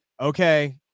okay